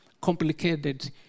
complicated